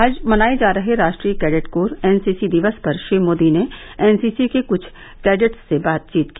आज मनाये जा रहे राष्ट्रीय कैंडेट कोर एनसीसी दिवस पर श्री मोदी ने एनसीसी के कृष्ठ कैंडेटर्स से बातचीत की